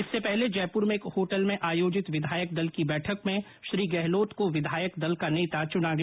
इससे पहले जयपुर में एक होटल में आयोजित विधायक दल की बैठक में श्री गहलोत को विधायक दल का नेता चुना गया